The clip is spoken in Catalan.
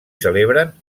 celebren